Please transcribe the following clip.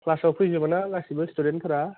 क्लासआव फैजोबोना गासिबो स्टुडेन्टफोरा